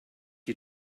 you